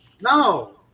No